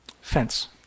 fence